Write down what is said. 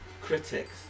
Critics